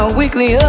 weekly